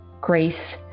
grace